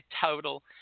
total